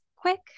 Quick